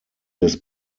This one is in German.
des